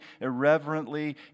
irreverently